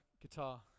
guitar